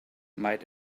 might